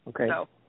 Okay